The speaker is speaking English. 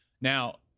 Now